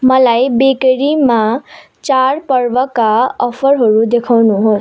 मलाई बेकरीमा चाडपर्वका अफरहरू देखाउनुहोस्